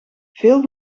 veel